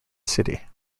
city